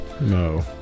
No